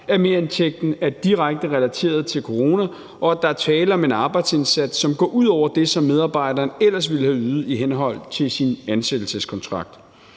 at merindtægten er direkte relateret til corona, og at der er tale om en arbejdsindsats, som går ud over det, som medarbejderen ellers ville have ydet i henhold til sin ansættelseskontrakt.